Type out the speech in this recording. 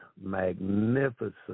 magnificent